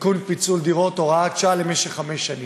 פיצול דירות, הוראת שעה למשך חמש שנים.